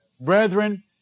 brethren